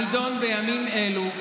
הנדון בימים אלו,